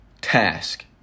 task